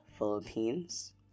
Philippines